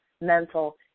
mental